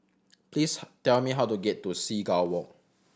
please tell me how to get to Seagull Walk